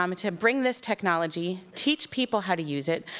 um to bring this technology, teach people how to use it,